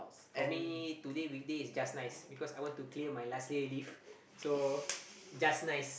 for me today weekday is just nice because I want to clear my last day leave so just nice